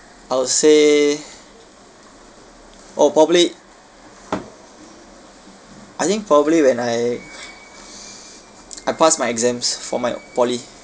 I'll say oh probably I think probably when I I pass my exams for my poly